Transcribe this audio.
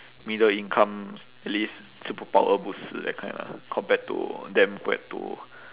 middle income at least 吃不饱饿不死 that kind of compared to them who had to